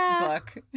book